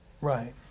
Right